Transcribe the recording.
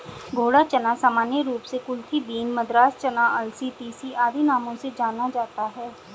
घोड़ा चना सामान्य रूप से कुलथी बीन, मद्रास चना, अलसी, तीसी आदि नामों से जाना जाता है